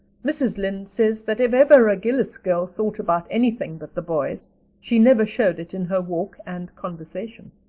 mrs. lynde says that if ever a gillis girl thought about anything but the boys she never showed it in her walk and conversation.